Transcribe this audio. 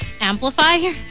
Amplifier